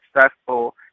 successful